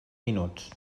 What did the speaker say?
minuts